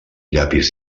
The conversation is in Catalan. llapis